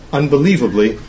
unbelievably